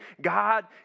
God